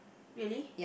really